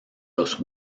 los